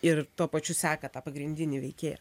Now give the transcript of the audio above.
ir tuo pačiu seka tą pagrindinį veikėją